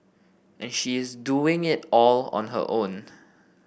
and she is doing it all on her own